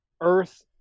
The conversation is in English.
earth